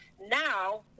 now